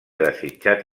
desitjat